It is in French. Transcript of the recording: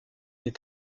des